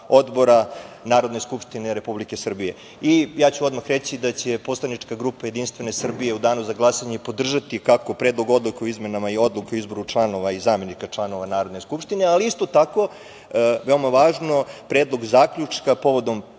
odbora Narodne skupštine Republike Srbije. Odmah ću reći da će poslanička grupa JS u danu za glasanje podržati kako Predlog odluke o izmenama Odluke o izboru članova, zamenika članova odbora Narodne skupštine, isto tako, veoma važno Predlog zaključka povodom